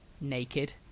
naked